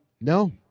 No